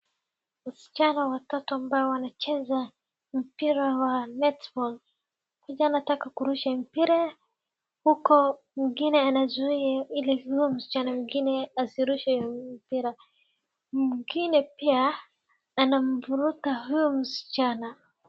Wasichana watatu ambao wanacheza mpira wa netball . Mwingine anataka kurusha mpira uko mwingine anazuia ili huyo msichana mwingine asirushe mpira. Mwingine pia anamvuruta huyo msichana.